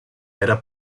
era